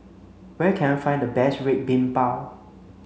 where can I find the best Red Bean Bao